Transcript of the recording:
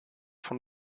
von